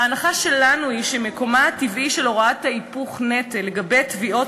ההנחה שלנו היא שמקומה הטבעי של הוראת היפוך הנטל לגבי תביעות